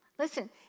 Listen